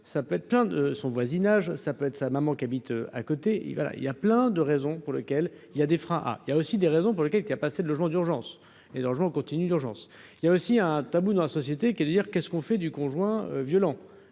ça peut être plein de son voisinage, ça peut être sa maman qui habite à côté et voilà, il y a plein de raisons pour lesquelles il y a des freins ah il y a aussi des raisons pour lesquelles il n'y a pas assez de logements d'urgence et dangereux continue d'urgence il y a aussi un tabou dans la société qui est d'ailleurs qu'est-ce qu'on fait du conjoint violent